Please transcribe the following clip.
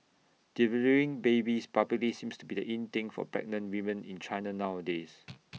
delivering babies publicly seems to be the in thing for pregnant women in China nowadays